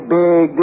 big